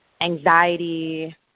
anxiety